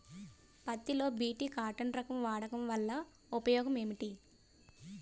పత్తి లో BT cotton రకం వాడకం వల్ల ఉపయోగం ఏమిటి?